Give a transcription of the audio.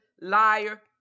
liar